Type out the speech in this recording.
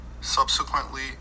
Subsequently